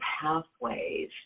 pathways